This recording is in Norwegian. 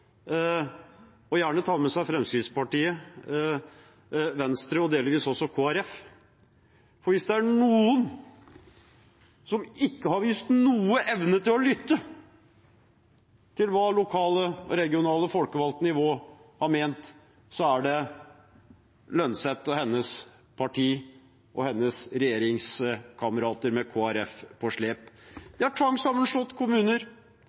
og gjerne ta med seg Fremskrittspartiet, Venstre og delvis også Kristelig Folkeparti – for hvis det er noen som ikke har vist noen evne til å lytte til hva det lokale og regionale folkevalgte nivå har ment, er det Holm Lønseth og hennes parti og hennes regjeringskamerater med Kristelig Folkeparti på slep. De har tvangssammenslått kommuner,